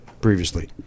previously